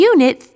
Unit